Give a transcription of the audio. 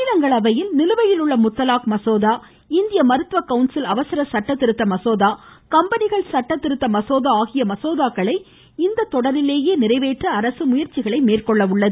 மாநிலங்களவையில் நிலுவையில் உள்ள முத்தலாக் மசோதா இந்திய மருத்துவ கவுன்சில் அவசர சட்ட திருத்த மசோதா கம்பெனிகள் சட்ட திருத்த மசோதா ஆகிய மசோதாக்களை இந்த தொடரில் நிறைவேற்ற அரசு முயற்சிகளை மேற்கொள்ள உள்ளது